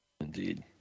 Indeed